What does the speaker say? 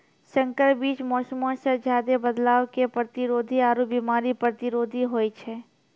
संकर बीज मौसमो मे ज्यादे बदलाव के प्रतिरोधी आरु बिमारी प्रतिरोधी होय छै